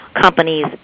companies